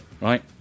Right